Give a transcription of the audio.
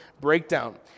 breakdown